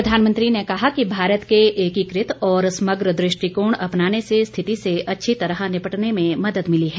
प्रधानमंत्री ने कहा कि भारत के एकीकृत और समग्र दृष्टकोण अपनाने से स्थिति से अच्छी तरह निपटने में मदद मिली है